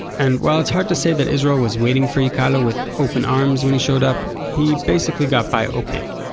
and while it's hard to say that israel was waiting for yikealo with open arms when he showed up, he basically got by ok.